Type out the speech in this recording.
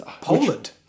Poland